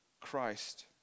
Christ